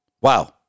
Wow